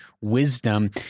wisdom